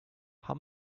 how